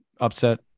Upset